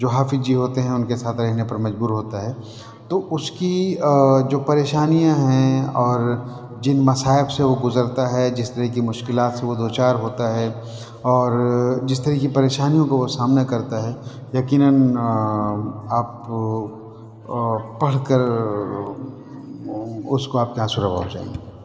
جو حافظ جی ہوتے ہیں اُن کے ساتھ رہنے پر مجبور ہوتا ہے تو اُس کی جو پریشانیاں ہیں اور جِن مصائب سے وہ گزرتا ہے جِس طرح کی مشکلات سے وہ دو چار ہوتا ہے اور جس طرح کی پریشانیوں کو وہ سامنا کرتا ہے یقینا آپ پڑھ کر اس کو آپ کے آنسو روا ہوجائیں گے